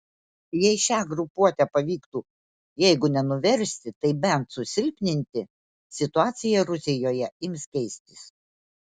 jei šią grupuotę pavyktų jeigu ne nuversti tai bent susilpninti situacija rusijoje ims keistis